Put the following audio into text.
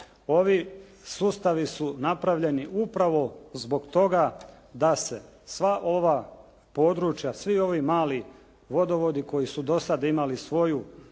Ovi sustavi su napravljeni upravo zbog toga da se sva ova područja, svi ovi mali vodovodi koji su do sad imali svoju,